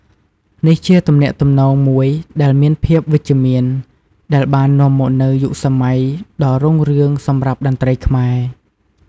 នេះជាទំនាក់ទំនងមួយដែលមានភាពវិជ្ជមាន ដែលបាននាំមកនូវយុគសម័យដ៏រុងរឿងសម្រាប់តន្ត្រីខ្មែរ។